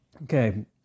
Okay